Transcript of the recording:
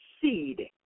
seed